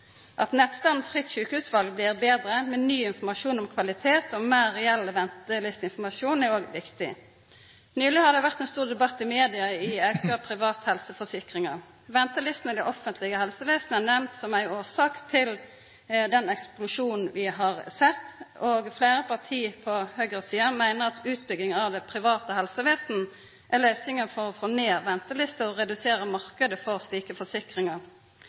blir betre med ny informasjon om kvalitet og meir reell ventelisteinformasjon, er òg viktig. Nyleg har det vore ein stor debatt i media om auken av private helseforsikringar. Ventelistene i det offentlege helsevesenet er nemnde som ei årsak til den eksplosjonen vi har sett. Fleire parti på høgresida meiner at utbygging av det private helsevesenet er løysinga for å få ned ventelistene og redusera marknaden for slike forsikringar.